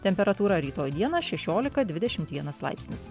temperatūra rytoj dieną šešilika dvidešimt vienas laipsnis